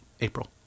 April